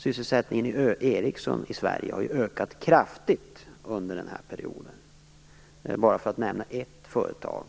Sysselsättningen i Ericsson i Sverige har ökat kraftigt under den här perioden. Detta är bara